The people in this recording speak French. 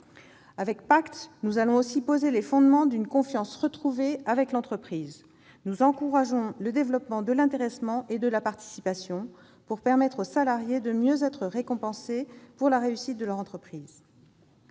loi PACTE, nous allons aussi poser les fondements d'une confiance retrouvée avec l'entreprise. Nous encourageons le développement de l'intéressement et de la participation, pour permettre aux salariés d'être mieux récompensés pour la réussite de leur entreprise.